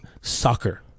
soccer